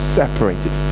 separated